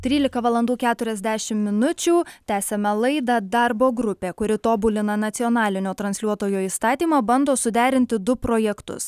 trylika valandų keturiasdešim minučių tęsiame laidą darbo grupė kuri tobulina nacionalinio transliuotojo įstatymą bando suderinti du projektus